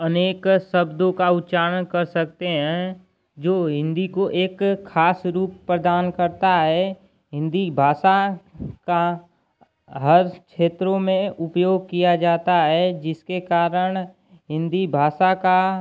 अनेक शब्दों का उच्चारण कर सकते हैं जो हिन्दी को एक खास रूप प्रदान करता है हिन्दी भाषा का हर क्षेत्र में उपयोग किया जाता है जिसके कारण हिन्दी भाषा का